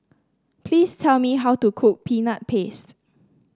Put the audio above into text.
please tell me how to cook Peanut Paste